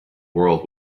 world